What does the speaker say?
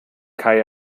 kai